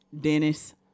Dennis